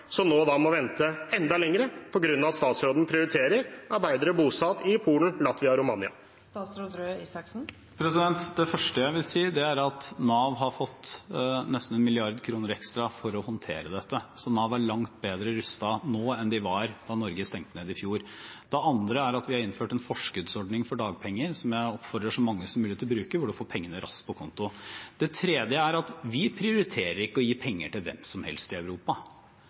må vente enda lenger på grunn av at statsråden prioriterer arbeidere bosatt i Polen, Latvia og Romania? Det første jeg vil si, er at Nav har fått nesten 1 mrd. kr ekstra for å håndtere dette. Så Nav er langt bedre rustet nå enn de var da Norge stengte ned i fjor. Det andre er at vi har innført en forskuddsordning for dagpenger, som jeg oppfordrer så mange som mulig til å bruke, hvor du får pengene raskt på konto. Det tredje er at vi prioriterer ikke å gi penger til hvem som helst i Europa.